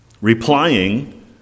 replying